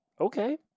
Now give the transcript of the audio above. Okay